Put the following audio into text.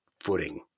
footing